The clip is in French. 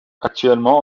actuellement